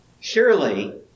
surely